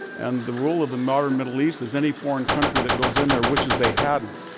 and the rule of the modern middle east is any foreign country that goes in there wishes they hadn't.